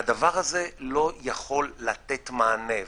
הדבר הזה לא יכול לתת מענה.